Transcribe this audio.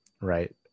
right